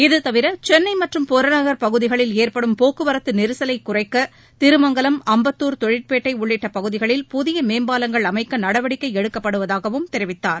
இதுதவிர சென்னை மற்றும் புறநகர்ப் பகுதிகளில் ஏற்படும் போக்குவரத்து நெரிசலைக் குறைக்க திருமங்கலம் அம்பத்தூர் தொழிற்பேட்டை உள்ளிட்ட பகுதிகளில் புதிய மேம்பாலங்கள் அமைக்க நடவடிக்கை எடுக்கப்படுவதாகவும் அவர் தெரிவித்தார்